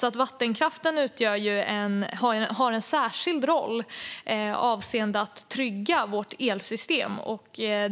Vattenkraften har en särskild roll avseende att trygga vårt elsystem.